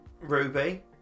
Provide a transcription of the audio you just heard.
Ruby